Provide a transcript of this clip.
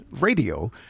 radio